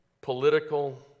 political